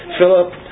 Philip